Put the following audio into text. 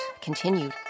continued